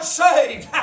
saved